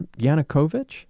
Yanukovych